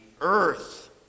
earth